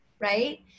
Right